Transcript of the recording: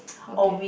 okay